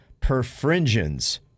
perfringens